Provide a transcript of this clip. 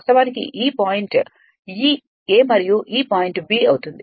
వాస్తవానికి ఈ point a మరియు ఈ పాయింట్ b అవుతుంది